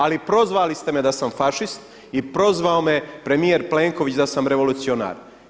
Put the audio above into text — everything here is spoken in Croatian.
Ali prozvali ste me da sam fašist i prozvao me premijer Plenković da sam revolucionar.